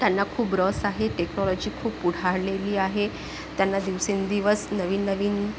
त्यांना खूप रस आहे टेक्नॉलॉजी खूप पुढारलेली आहे त्यांना दिवसेंदिवस नवीन नवीन